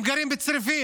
הם גרים בצריפים,